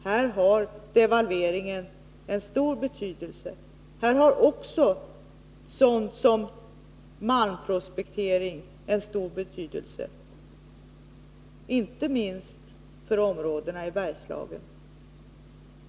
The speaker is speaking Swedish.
Här har devalveringen stor betydelse. Här har också sådant som malmprospektering stor betydelse, inte minst för områdena i Bergslagen.